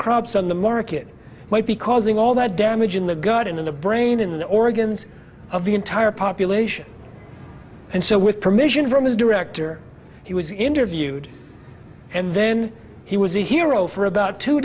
crops on the market might be causing all that damage in the garden in the brain in the organs of the entire population and so with permission from his director he was interviewed and then he was a hero for about t